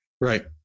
Right